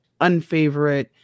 unfavorite